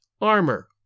armor